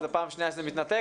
אבל זה פעם שנייה שזה מתנתק.